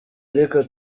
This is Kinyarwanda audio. ariko